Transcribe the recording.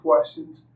questions